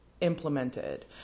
implemented